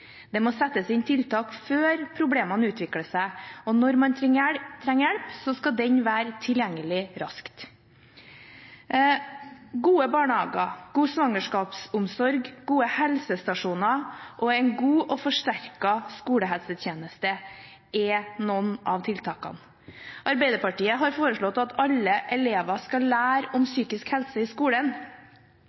Det må settes inn tiltak før problemene utvikler seg, og når man trenger hjelp, skal den være tilgjengelig raskt. Gode barnehager, god svangerskapsomsorg, gode helsestasjoner og en god og forsterket skolehelsetjeneste er noen av tiltakene. Arbeiderpartiet har foreslått at alle elever skal lære om psykisk helse i skolen.